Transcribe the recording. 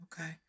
Okay